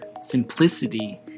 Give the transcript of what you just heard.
simplicity